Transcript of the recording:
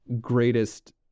greatest